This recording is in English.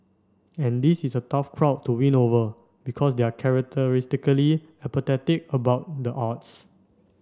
and this is a tough crowd to win over because they are characteristically apathetic about the arts